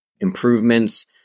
improvements